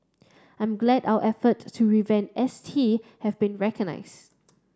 I'm glad our efforts to revamp S T have been recognized